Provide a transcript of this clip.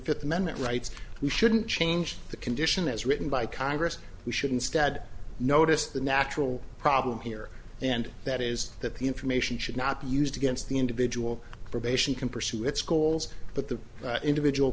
fifth amendment rights we shouldn't change the condition as written by congress we should instead notice the natural problem here and that is that the information should not be used against the individual probation can pursue its goals but the individual